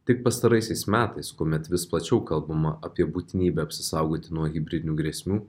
tik pastaraisiais metais kuomet vis plačiau kalbama apie būtinybę apsisaugoti nuo hibridinių grėsmių